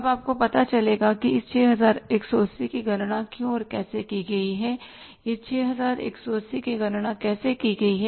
अब आपको पता चलेगा कि इस 6180 की गणना क्यों और कैसे की गई है इस 6180 की गणना कैसे की गई है